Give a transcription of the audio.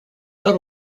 not